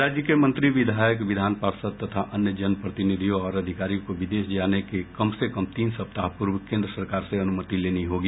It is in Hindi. राज्य के मंत्री विधायक विधान पार्षद तथा अन्य जन प्रतिनिधियों और अधिकारियों को विदेश जाने के कम से कम तीन सप्ताह पूर्व केन्द्र सरकार से अनुमति लेनी होगी